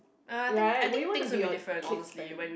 right would you want to be your kids friend